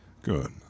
Good